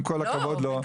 עם כל הכבוד לו,